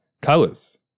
Colors